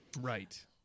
Right